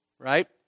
Right